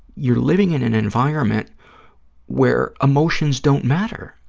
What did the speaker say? you're living in an environment where emotions don't matter,